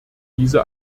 diese